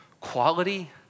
quality